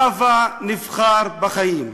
הבה נבחר בחיים.